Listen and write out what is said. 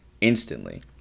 instantly